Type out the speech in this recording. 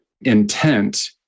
intent